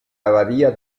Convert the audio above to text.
abadía